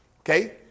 okay